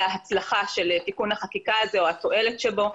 ההצלחה של תיקון החקיקה הזה או התועלת שבו.